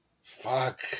fuck